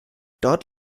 dort